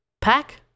pack